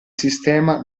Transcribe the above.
sistema